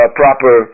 proper